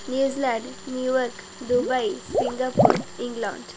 New Zealand New York Dubai Singapore England